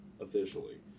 officially